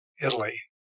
Italy